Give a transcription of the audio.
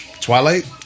Twilight